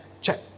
check